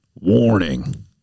warning